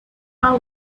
are